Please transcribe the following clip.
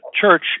Church